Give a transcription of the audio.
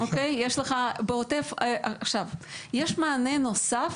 יש מענה נוסף,